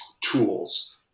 tools